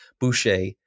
Boucher